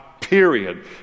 period